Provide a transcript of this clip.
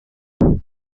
اون